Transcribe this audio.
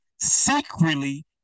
secretly